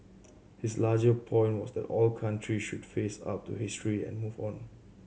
his larger point was that all countries should face up to history and move on